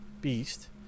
Beast